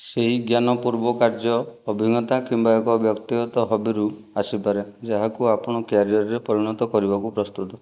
ସେହି ଜ୍ଞାନ ପୂର୍ବ କାର୍ଯ୍ୟ ଅଭିଜ୍ଞତା କିମ୍ବା ଏକ ବ୍ୟକ୍ତିଗତ ହବିରୁ ଆସିପାରେ ଯାହାକୁ ଆପଣ କ୍ୟାରିୟରରେ ପରିଣତ କରିବାକୁ ପ୍ରସ୍ତୁତ